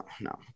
no